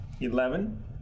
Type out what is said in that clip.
Eleven